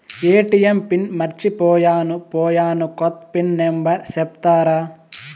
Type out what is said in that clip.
ATM PIN మర్చిపోయాను పోయాను, కొత్త పిన్ నెంబర్ సెప్తారా?